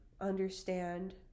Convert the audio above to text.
Understand